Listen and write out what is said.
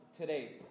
today